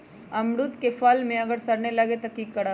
अमरुद क फल म अगर सरने लगे तब की करब?